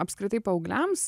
apskritai paaugliams